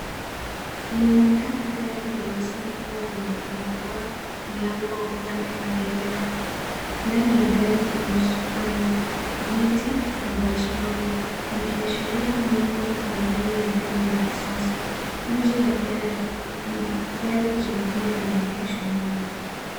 Inaonekana gari nyeusi likiwa limefunguliwa mlango upande wa ghorofa. Ndani ya gari kuna usukani, viti na dashibodi likiashiria mambo ya ndani la gari la kisasa. Nje ya gari kuna gari jingine limeegeshwa nyuma.